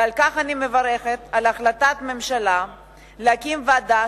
ועל כן אני מברכת על החלטת ממשלה להקים ועדה